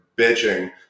bitching